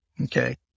Okay